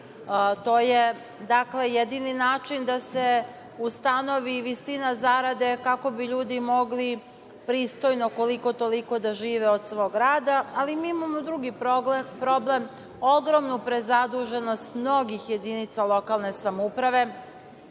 To je jedini način da se ustanovi visina zarade, kako bi ljudi mogli pristojno koliko-toliko da žive od svog rada. Ali, mi imamo drugi problem, ogromnu prezaduženost mnogih jedinica lokalne samouprave,